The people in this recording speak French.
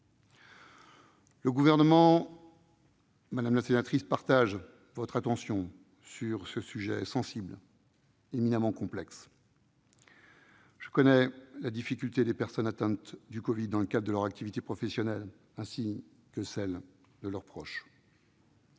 la sénatrice, partage votre attention sur ce sujet sensible, éminemment complexe. Je connais la difficulté des personnes atteintes du Covid dans le cadre de leur activité professionnelle, ainsi que celle de leurs proches.